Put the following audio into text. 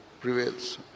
prevails